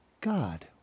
God